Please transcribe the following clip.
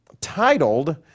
titled